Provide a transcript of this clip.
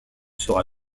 sera